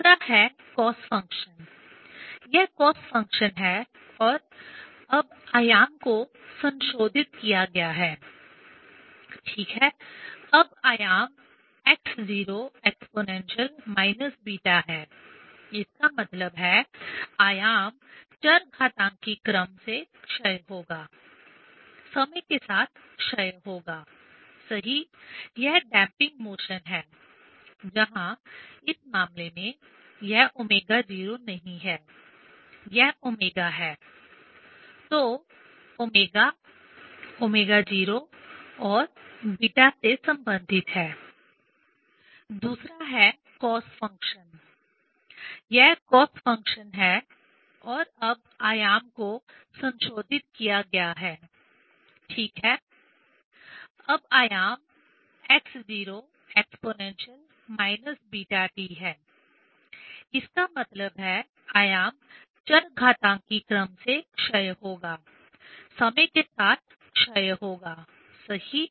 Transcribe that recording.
दूसरा है cos function यह cos फ़ंक्शन है और अब आयाम को संशोधित किया गया है ठीक है अब आयाम x0e βt है इसका मतलब है आयाम चरघातांकी क्रम से क्षय होगा समय के साथ क्षय होगा सही